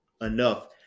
enough